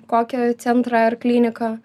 kokią centrą ar kliniką